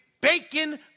bacon